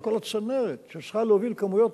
על כל הצנרת שצריכה להוביל כמויות